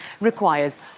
requires